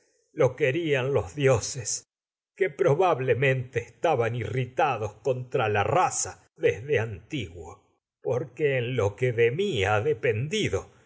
lo querían los dioses la raza que proba anti estaban irritados contra desde no guo porque en en lo que de